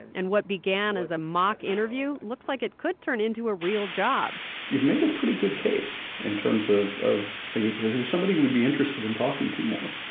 and what began as a mock interview looks like it could turn into a real job you've made a pretty good case, in terms of of somebody we'd be interested in talking to more,